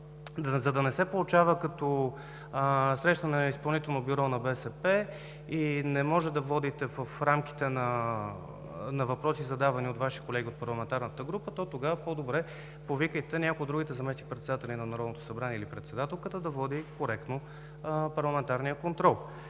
за да не се получава като среща на изпълнително бюро на БСП, и не може да водите в рамките на въпроси, задавани от Ваши колеги в парламентарната група, то тогава по-добре повикайте някой от другите заместник-председатели на Народното събрание или председателката да води коректно парламентарния контрол.